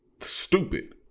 stupid